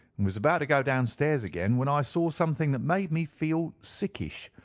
and was about to go downstairs again when i saw something that made me feel sickish,